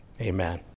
Amen